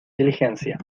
diligencia